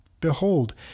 Behold